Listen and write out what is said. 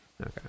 okay